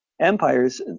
empires